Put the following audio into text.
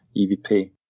EVP